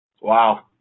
Wow